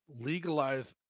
legalize